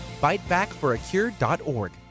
bitebackforacure.org